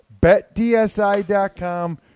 BetDSI.com